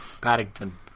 Paddington